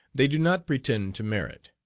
they do not pretend to merit.